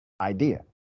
idea